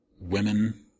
women